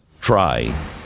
try